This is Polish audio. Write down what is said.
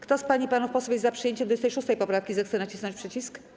Kto z pań i panów posłów jest za przyjęciem 26. poprawki, zechce nacisnąć przycisk.